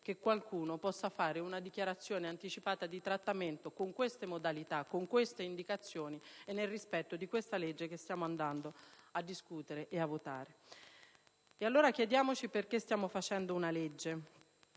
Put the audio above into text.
che qualcuno possa fare una dichiarazione anticipata di trattamento con queste modalità, con queste indicazioni e nel rispetto di questa legge che stiamo andando a discutere e a votare. Allora, dobbiamo chiederci perché stiamo facendo una legge.